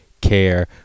Care